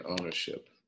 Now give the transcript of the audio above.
ownership